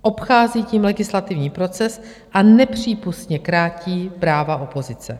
Obchází tím legislativní proces a nepřípustně krátí práva opozice.